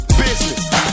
business